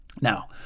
Now